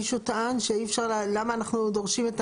מישהו טען, למה אנחנו דורשים את